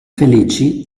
felici